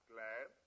Glad